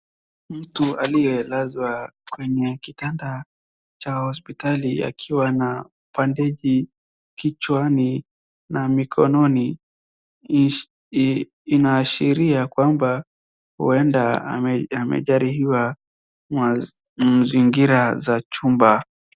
Mtu aliyelazwa kwenye kitanda cha hospitali akiwa na bandeji kichwani na mikononi. Inaashiria kwamba huenda amejeruhiwa mazingira za chumba.